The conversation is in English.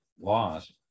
laws